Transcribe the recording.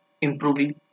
improving